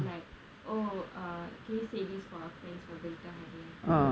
like oh uh can you say this for our fans for berita harian